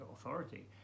authority